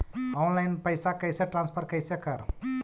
Online पैसा कैसे transfer कैसे कर?